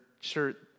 shirt